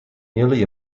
nearly